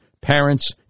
parents